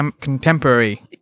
contemporary